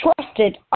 trusted